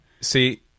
See